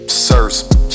Sirs